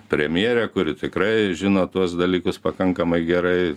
premjerė kuri tikrai žino tuos dalykus pakankamai gerai